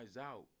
out